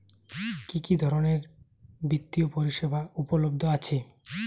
কি কি ধরনের বৃত্তিয় পরিসেবা উপলব্ধ আছে?